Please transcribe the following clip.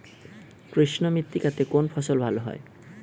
কৃষ্ণ মৃত্তিকা তে কোন ফসল ভালো হয়?